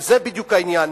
וזה בדיוק העניין.